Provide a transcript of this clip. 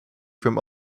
from